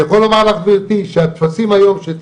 אני יכול לומר לך גבירתי שהטפסים שצריכה